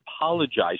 apologized